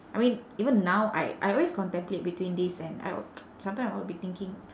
I mean even now I I always contemplate between this and I sometime I would be thinking